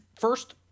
first